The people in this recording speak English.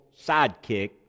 sidekick